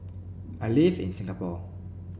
I live in Singapore